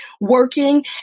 working